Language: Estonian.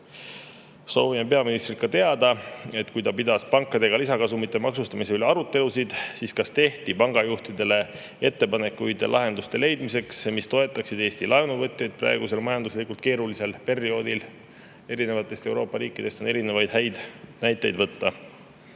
Soovime peaministrilt teada, et kui ta pidas pankadega lisakasumite maksustamise üle arutelusid, siis kas tehti pangajuhtidele ettepanek leida lahendusi, mis toetaksid Eesti laenuvõtjaid praegusel majanduslikult keerulisel perioodil. Euroopa riikidest on erinevaid häid näiteid võtta.